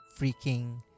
freaking